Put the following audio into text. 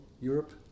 Europe